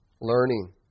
learning